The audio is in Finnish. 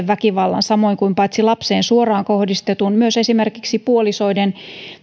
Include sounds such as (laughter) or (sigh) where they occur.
(unintelligible) väkivallan samoin kuin paitsi lapseen suoraan kohdistetun myös esimerkiksi puolisoiden